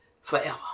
forever